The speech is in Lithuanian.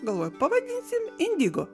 galvoju pavadinsim indigo